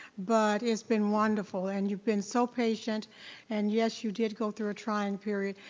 but it's been wonderful and you've been so patient and yes, you did go through a trying period.